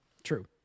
True